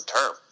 term